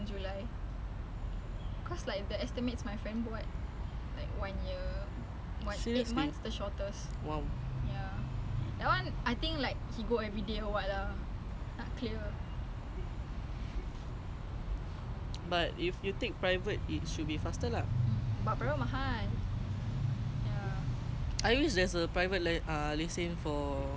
but if you take private it should be faster lah I think there's a private lesson for motor